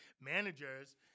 Managers